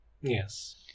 Yes